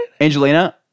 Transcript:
angelina